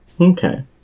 okay